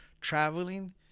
traveling